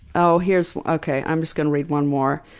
oh here's okay, i'm just going to read one more,